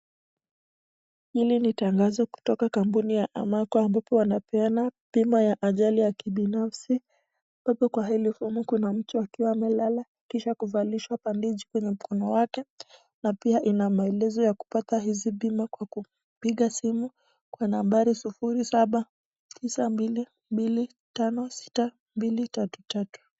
Hili ni tangazo kutoka kampuni ya Amaco ambapo wanapeana bima ya ajali ya kibinafsi ambapo kwa picha humu kuna mtu akiwa amelala kisha kuvalishwa bandeji kwenye mkono wake na pia ina maelezo ya kupata hizi bima kwa kupiga simu kwa nambari 0792256233.